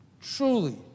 Truly